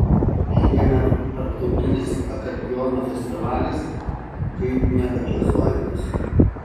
šiemet tarptautinis akordeono festivalis kaip niekad džiazuojantis